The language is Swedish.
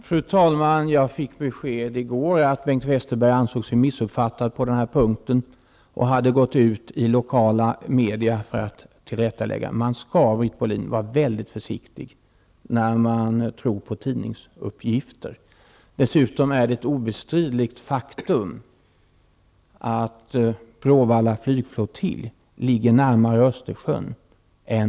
Fru talman! Jag fick besked i går att Bengt Wersterberg ansåg sig missuppfattad på den punkten. Han hade gått ut i lokala media med en tillrättaläggelse. Britt Bohlin! Man skall vara försiktig med att tro på tidningsuppgifter. Det är ett obestridligt faktum att Bråvalla flygflottilj ligger närmare Östersjön än